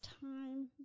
time